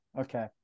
Okay